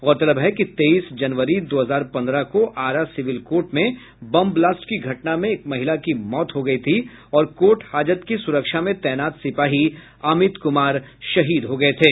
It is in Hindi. गौरतलब है कि तेईस जनवरी दो हजार पन्द्रह को आरा सिविल कोर्ट में बम ब्लास्ट की घटना में एक महिला की मौत हो गयी थी और कोर्ट हाजत की सुरक्षा में तैनात सिपाही अमित कुमार शहीद हो गये थे